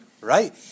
right